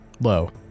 Low